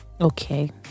Okay